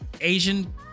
Asian